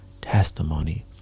testimony